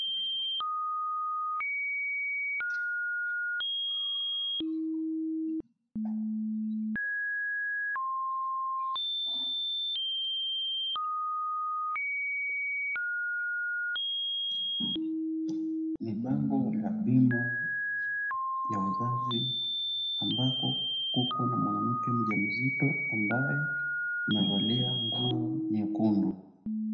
Ni bango la bima ya wazazi ambako kuna bango la mwanamke mjamzito ambaye amevalia nguo nyekundu.